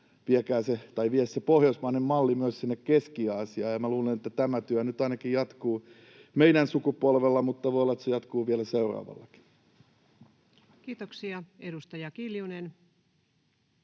vie se pohjoismainen malli myös sinne Keski-Aasiaan, ja minä luulen, että tämä työ nyt ainakin jatkuu meidän sukupolvella, mutta voi olla, että se jatkuu vielä seuraavallakin. [Speech 149] Speaker: